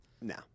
No